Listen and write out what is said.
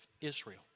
Israel